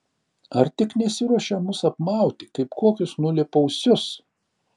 ar tik nesiruošia mus apmauti kaip kokius nulėpausius